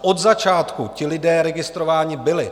Od začátku ti lidé registrováni byli.